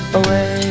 away